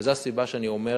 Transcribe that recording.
וזו הסיבה שאני אומר